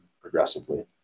progressively